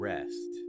Rest